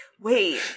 wait